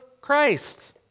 christ